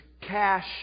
cash